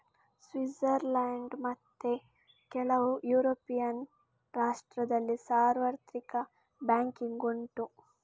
Switzerland ಮತ್ತೆ ಕೆಲವು European ರಾಷ್ಟ್ರದಲ್ಲಿ ಸಾರ್ವತ್ರಿಕ ಬ್ಯಾಂಕಿಂಗ್ ಉಂಟು